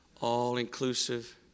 all-inclusive